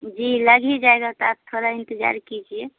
जी लग ही जाएगा तो आप तोड़ा इंतज़ार कीजिए